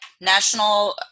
National